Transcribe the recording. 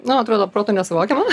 na atrodo protu nesuvokiama